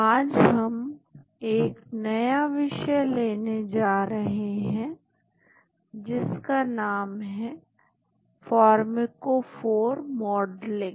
आज हम एक नया विषय लेने जा रहे हैं जिसका नाम है फार्मकोफोर मॉडलिंग